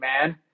man